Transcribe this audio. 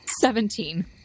Seventeen